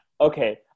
Okay